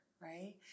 right